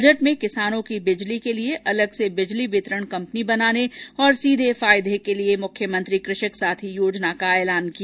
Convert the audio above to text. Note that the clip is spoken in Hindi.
बजट में किसानों की बिजली के लिए अलग से बिजली वितरण कंपनी बनाने और सीधे फायदे के लिए मुख्यमंत्री कृषक साथी योजना का ऐलान किया